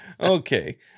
Okay